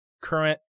current